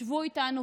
הם ישבו איתנו,